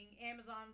Amazon